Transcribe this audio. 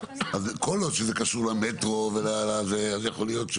אז כל עוד זה קשור למטרו וזה, אז יכול להיות,